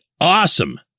awesome